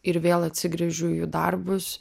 ir vėl atsigręžiu į jų darbus